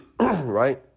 Right